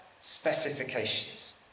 specifications